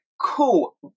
cool